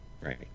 Right